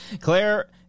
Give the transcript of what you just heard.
Claire